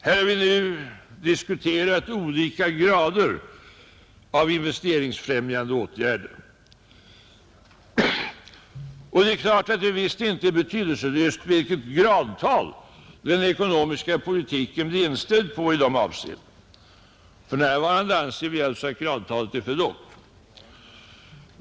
Här har vi nu diskuterat olika grader av investeringsfrämjande åtgärder, och det är klart att det visst inte är betydelselöst vilket gradtal den ekonomiska politiken blir inställd på i det avseendet. För närvarande anser vi alltså att gradtalet är för lågt.